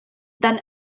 then